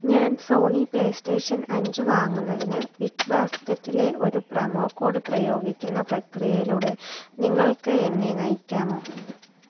ഞാൻ Sony PlayStation അഞ്ച് വാങ്ങുന്നതിന് ബിഗ് ബാസ്ക്കറ്റിലെ ഒരു പ്രൊമോ കോഡ് പ്രയോഗിക്കുന്ന പ്രക്രിയയിലൂടെ നിങ്ങൾക്ക് എന്നെ നയിക്കാമോ